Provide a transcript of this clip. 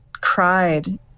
cried